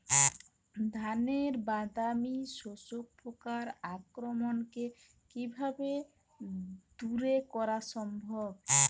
ধানের বাদামি শোষক পোকার আক্রমণকে কিভাবে দূরে করা সম্ভব?